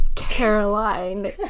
Caroline